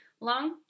long